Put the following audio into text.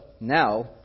now